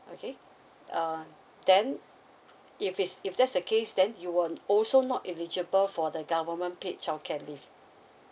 okay uh then if it's if that's the case then you will also not eligible for the government paid childcare leave